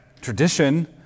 tradition